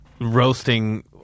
roasting